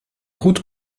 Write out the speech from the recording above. routes